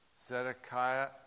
Zedekiah